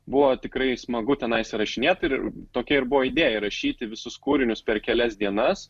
buvo tikrai smagu tenais įrašinėt ir tokia ir buvo idėja įrašyti visus kūrinius per kelias dienas